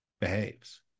behaves